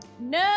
No